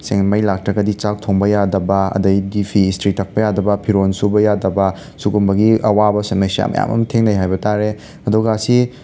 ꯁꯦꯡꯅ ꯃꯩ ꯂꯥꯛꯇ꯭ꯔꯒꯗꯤ ꯆꯥꯛ ꯊꯣꯡꯕ ꯌꯥꯗꯕ ꯑꯗꯩꯗꯤ ꯐꯤ ꯏꯁꯇ꯭ꯔꯤ ꯇꯛꯄ ꯌꯥꯗꯕ ꯐꯤꯔꯣꯟ ꯁꯨꯕ ꯌꯥꯗꯕ ꯁꯤꯒꯨꯝꯕꯒꯤ ꯑꯋꯥꯕ ꯁꯃꯁ꯭ꯌꯥ ꯃꯌꯥꯝ ꯑꯃ ꯊꯦꯡꯅꯩ ꯍꯥꯏꯕ ꯇꯥꯔꯦ ꯑꯗꯨꯒ ꯁꯤ